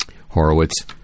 Horowitz